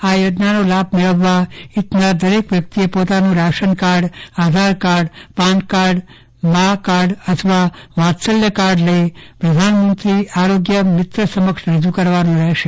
આ યોજનાનો લાભ મેળવવા ઈચ્છાનારા દરેક વ્યક્તિએ પોતાનું ration card Aadhaar card PAN card Maa card અથવા વાત્સલ્ય કાર્ડ લઇ પ્રધાનમંત્રી આરોગ્ય મિત્ર સમક્ષરજુ કરવાનું રેહશે